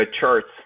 charts